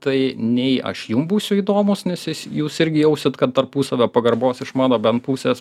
tai nei aš jum būsiu įdomūs nes jūs irgi jausit kad tarpusavio pagarbos iš mano bent pusės